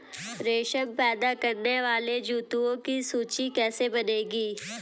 रेशम पैदा करने वाले जंतुओं की सूची कैसे बनेगी?